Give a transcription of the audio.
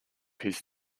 his